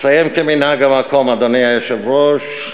אסיים כמנהג המקום, אדוני היושב-ראש,